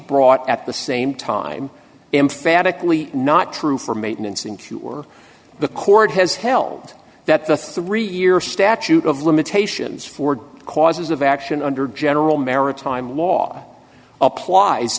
brought at the same time emphatically not true for maintenance and q or the court has held that the three year statute of limitations for causes of action under general maritime law applies